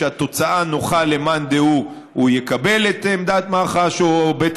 כשהתוצאה נוחה למאן דהוא הוא יקבל את עמדת מח"ש או בית